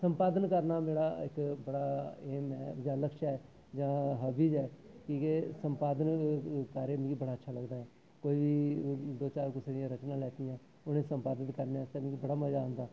संपादन करना मेरा इक बड़ा एम ऐ जां लक्ष्य ऐ जां हाब्बी ऐ की के संपादन सारे मिगी बड़ा अच्छा लगदा ऐ कोई दो चार कुसै दियां रचनां लैतियां उ'नें गी संपादन करने आस्तै मिगी बड़ा मजा औंदा